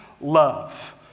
love